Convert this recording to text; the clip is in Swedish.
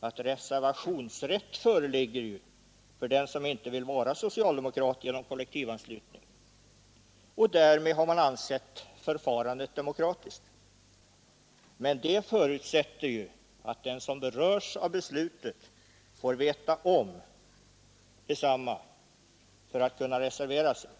att reservationsrätt föreligger för den som inte vill vara socialdemokrat genom kollektivanslutning. Och därmed har man ansett förfarandet demokratiskt. Men det förutsätter ju att den som berörs av beslutet också får veta om det. Annars kan han inte reservera sig.